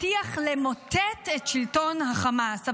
הבטיח למוטט את שלטון החמאס,